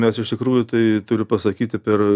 mes iš tikrųjų tai turiu pasakyti per